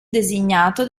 designato